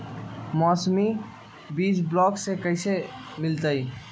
मौसमी बीज ब्लॉक से कैसे मिलताई?